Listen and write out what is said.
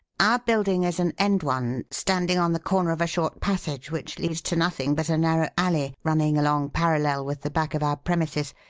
our building is an end one, standing on the corner of a short passage which leads to nothing but a narrow alley running along parallel with the back of our premises,